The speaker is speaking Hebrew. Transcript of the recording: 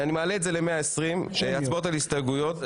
מעלה את זה ל-120 הצבעות על הסתייגויות,